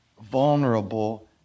vulnerable